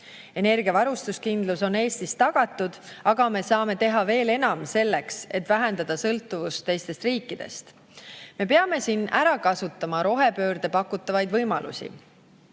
Energiavarustuskindlus on Eestis tagatud, aga me saame teha veel enam selleks, et vähendada sõltuvust teistest riikidest. Me peame selleks ära kasutama rohepöörde pakutavaid võimalusi.